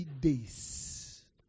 days